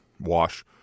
wash